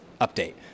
update